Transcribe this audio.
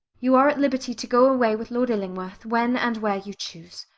you are at liberty to go away with lord illingworth, when and where you choose.